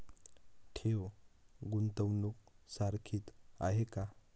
ठेव, गुंतवणूक सारखीच आहे का?